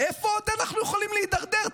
לאיפה עוד אנחנו יכולים להידרדר?